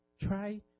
try